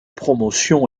promotion